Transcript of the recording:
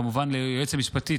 כמובן ליועץ המשפטי,